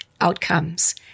outcomes